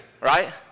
Right